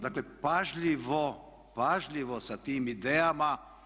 Dakle pažljivo, pažljivo sa tim idejama.